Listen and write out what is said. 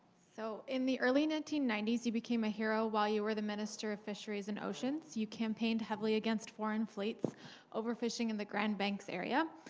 so, in the early nineteen ninety s, you became a hero while you were the minister of fisheries and oceans. you campaigned heavily against foreign fleets overfishing in the grand banks area,